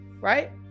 right